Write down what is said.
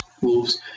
wolves